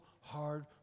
hard